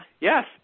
yes